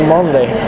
Monday